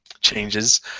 changes